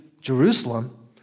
Jerusalem